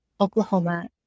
Oklahoma